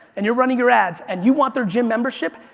and you're running your ads and you want their gym membership,